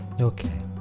okay